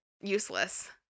useless